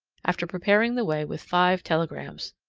after preparing the way with five telegrams.